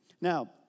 Now